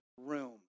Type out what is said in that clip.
room